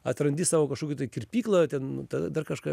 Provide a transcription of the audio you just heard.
atrandi savo kažkokį tai kirpyklą ten tada dar kažką